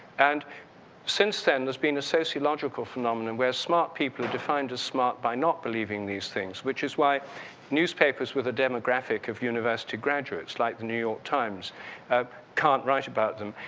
and since then, there's been a sociological phenomenon where smart people defined as smart by not believing these things, which is why newspapers with the demographic of university graduates like the new york times can't write about them.